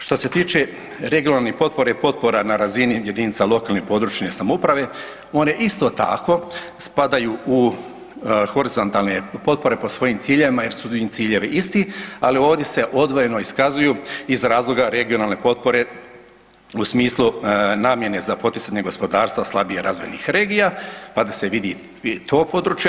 Što se tiče regionalne potpore i potpora na razini jedinica lokalne i područne samouprave one isto tako spadaju u horizontalne potpore po svojim ciljevima jer su im ciljevi isti ali ovdje se odvojeno iskazuju iz razloga regionalne potpore u smislu namjene za poticanje gospodarstva slabije razvijenih regija, pa da se vidi i to područje.